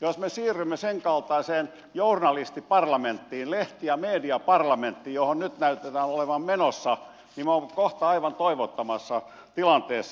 jos me siirrymme senkaltaiseen journalismiparlamenttiin lehti ja mediaparlamenttiin johon nyt näytetään olevan menossa niin me olemme kohta aivan toivottomassa tilanteessa